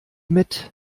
mit